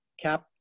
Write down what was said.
Cap